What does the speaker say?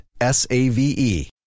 S-A-V-E